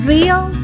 Real